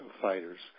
fighters